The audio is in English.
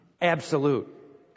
Absolute